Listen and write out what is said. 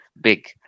big